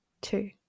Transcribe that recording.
two